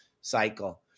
cycle